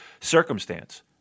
circumstance